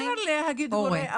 אפשר להגיד הורה.